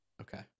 Okay